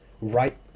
right